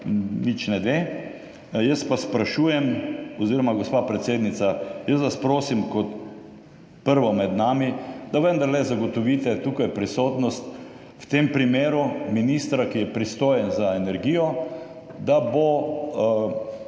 Nič ne de. Jaz pa sprašujem oziroma gospa predsednica, jaz vas prosim kot prvo med nami, da vendarle zagotovite tukaj prisotnost v tem primeru ministra, ki je pristojen za energijo, da bo lahko